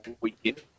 weekend